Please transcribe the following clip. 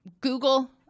Google